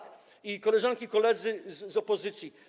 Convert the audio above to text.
Koleżanki i koledzy z opozycji!